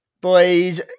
Boys